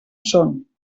són